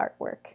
artwork